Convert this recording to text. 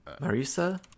Marisa